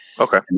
Okay